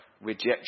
rejection